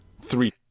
three